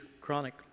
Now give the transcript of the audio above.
chronic